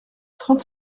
trente